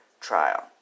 trial